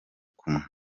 kumwe